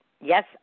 yes